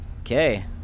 Okay